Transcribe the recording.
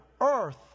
earth